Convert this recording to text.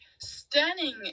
stunning